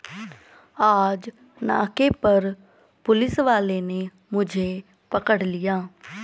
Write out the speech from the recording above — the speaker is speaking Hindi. आज नाके पर पुलिस वाले ने मुझे पकड़ लिया